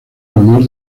honor